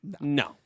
no